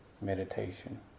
meditation